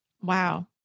Wow